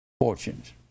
fortunes